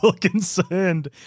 concerned